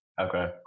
Okay